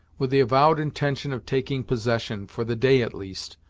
with the avowed intention of taking possession, for the day at least,